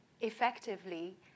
effectively